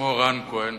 ששמו רם כהן,